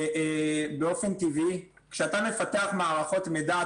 באופן טבעי כשאתה מפתח מערכות מידע,